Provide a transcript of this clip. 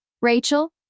rachel